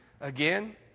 again